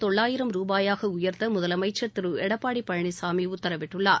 தொள்ளாயிரம் ரூபாயாக உயர்த்த முதலமைச்சர் திரு எடப்பாடி பழனிசாமி உத்தரவிட்டுள்ளார்